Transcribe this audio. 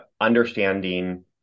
understanding